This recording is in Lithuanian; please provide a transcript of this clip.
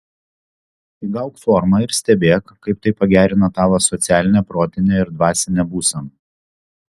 įgauk formą ir stebėk kaip tai pagerina tavo socialinę protinę ir dvasinę būseną